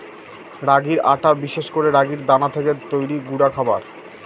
রাগির আটা বিশেষ করে রাগির দানা থেকে তৈরি গুঁডা খাবার